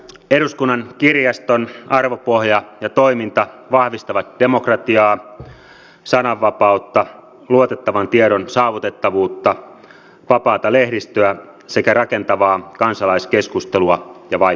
eduskunnan kirjaston arvopohja ja toiminta vahvistavat demokratiaa sananvapautta luotettavan tiedon saavutettavuutta vapaata lehdistöä sekä rakentavaa kansalaiskeskustelua ja vaikuttamista